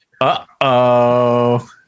Uh-oh